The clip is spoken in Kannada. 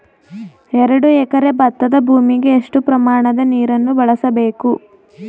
ಎರಡು ಎಕರೆ ಭತ್ತದ ಭೂಮಿಗೆ ಎಷ್ಟು ಪ್ರಮಾಣದ ನೀರನ್ನು ಬಳಸಬೇಕು?